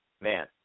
Man